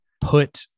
put